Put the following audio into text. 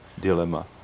dilemma